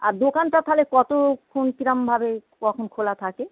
আর দোকানটা তালে কতক্ষণ কীরকমভাবে কখন খোলা থাকে